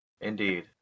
indeed